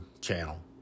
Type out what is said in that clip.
channel